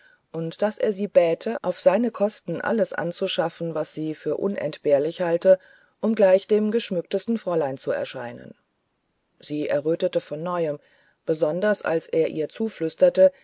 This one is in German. und daß er sie bäte auf seine kosten alles anzuschaffen was sie für unentbehrlich halte um gleich dem geschmücktesten fräulein zu erscheinen sie errötete von neuem besonders als er ihr zuflüsterte